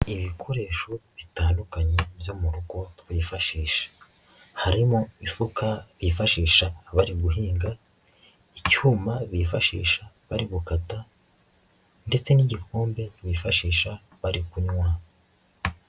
Ibikoresho bitandukanye byo mu rugo twifashisha, harimo isuka bifashisha bari guhinga, icyuma bifashisha bari gukata, ndetse n'igikombe bifashisha bari kunywa.